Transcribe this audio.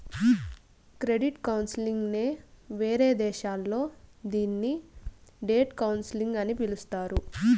credit counselling నే వేరే దేశాల్లో దీన్ని డెట్ కౌన్సిలింగ్ అని పిలుత్తారు